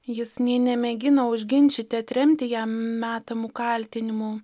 jis nei nemėgina užginčyti atremti jam metamų kaltinimų